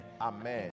Amen